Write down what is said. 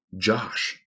Josh